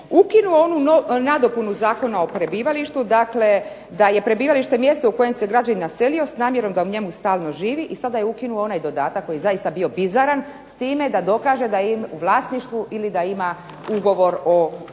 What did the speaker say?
ukinuo onu novu nadopunu Zakona o prebivalištu, dakle da je prebivalište mjesto u kojem se građanin naselio s namjerom da u njemu stalno živi i sada je ukinuo onaj dodatak koji je zaista bio bizaran s time da dokaže da je u vlasništvu ili da ima ugovor o najmu.